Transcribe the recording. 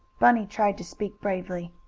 bunny tried to speak bravely.